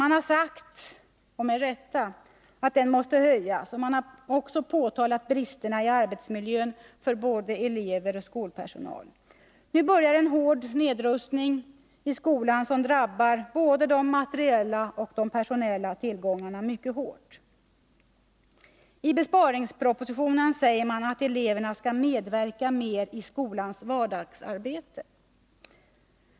Man har sagt — och med rätta — att den måste höjas, och man har också påtalat bristerna i arbetsmiljön för både elever och skolpersonal. Nu börjar en hård nedrustning i skolan, som drabbar både materiella och personella tillgångar mycket hårt. I besparingspropositionen säger man att eleverna skall medverka mer i skolans vardagsarbete.